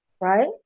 right